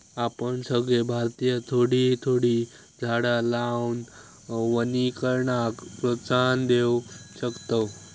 आपण सगळे भारतीय थोडी थोडी झाडा लावान वनीकरणाक प्रोत्साहन देव शकतव